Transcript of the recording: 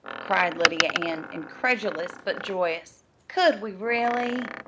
cried lydia ann, incredulous but joyous. could we, really?